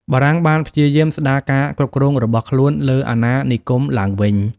បារាំងបានព្យាយាមស្ដារការគ្រប់គ្រងរបស់ខ្លួនលើអាណានិគមឡើងវិញ។